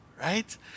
Right